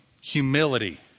Humility